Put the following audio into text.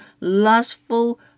lustful